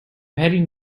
heading